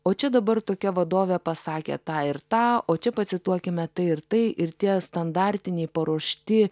o čia dabar tokia vadovė pasakė tą ir tą o čia pacituokime tai ir tai ir tie standartiniai paruošti